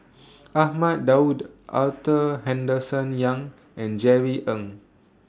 Ahmad Daud Arthur Henderson Young and Jerry Ng